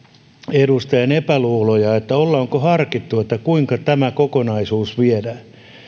edustajan epäluuloja että ollaanko harkittu kuinka tämä kokonaisuus